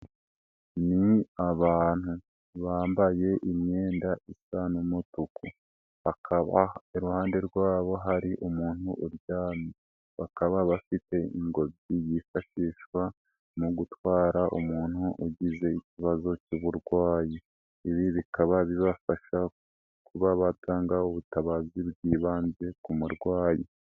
Ni abantu, bambaye imyenda isa n'umutuku, bakaba iruhande rwabo hari umuntu uryamye, bakaba bafite ingobyi yifashishwa mu gutwara, umuntu ugize ikibazo cy'uburwayi, ibi bikaba bibafasha kuba batanga ubutabazi bwibanze ku murwayi.